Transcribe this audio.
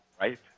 Right